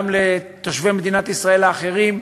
גם לתושבי מדינת ישראל האחרים,